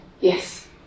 Yes